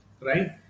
Right